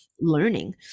learning